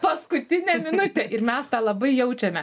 paskutinę minutę ir mes tą labai jaučiame